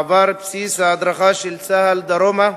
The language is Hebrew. מעבר בסיס ההדרכה של צה"ל דרומה,